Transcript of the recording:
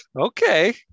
okay